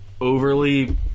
overly